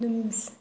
ꯑꯗꯨꯝ